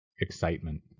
excitement